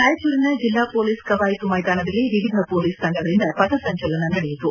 ರಾಯಚೂರಿನ ಜಿಲ್ಲಾ ಮೊಲೀಸ್ ಕವಾಯಿತು ಮೈದಾನದಲ್ಲಿ ವಿವಿಧ ಮೊಲೀಸ್ ತಂಡಗಳಿಂದ ಪಥ ಸಂಚಲನ ನಡೆಯಿತು